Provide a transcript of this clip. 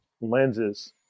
lenses